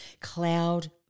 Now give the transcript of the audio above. cloud